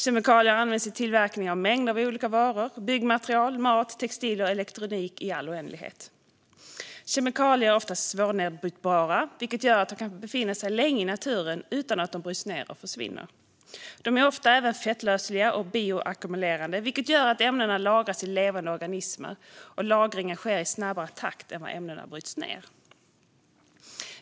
Kemikalier används i tillverkning av mängder av olika varor: byggmaterial, mat, textilier och elektronik i all oändlighet. Kemikalier är ofta svårnedbrytbara, vilket gör att de kan befinna sig länge i naturen utan att brytas ned och försvinna. De är ofta även fettlösliga och bioackumulerande vilket gör att ämnena lagras i levande organismer och att lagringen sker i en snabbare takt än vad ämnena bryts ned.